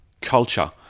culture